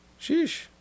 Sheesh